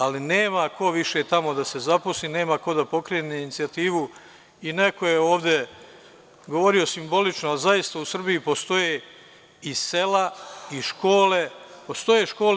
Ali nema ko više tamo da se zaposli, nema ko da pokrene inicijativu i neko je ovde govori simbolično, a zaista u Srbiji postoje i sela i škole, postoje škole.